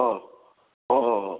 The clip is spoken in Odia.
ହଁ ହଁ ହଁ ହଁ